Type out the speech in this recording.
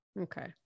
okay